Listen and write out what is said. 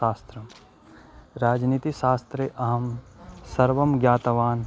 शास्त्रं राजनीतिशास्त्रे अहं सर्वं ज्ञातवान्